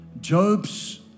Job's